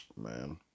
Man